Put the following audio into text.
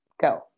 go